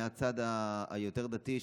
מהצד היותר-דתי,